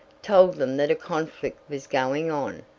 told them that a conflict was going on.